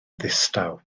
ddistaw